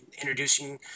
introducing